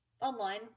online